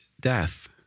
death